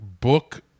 book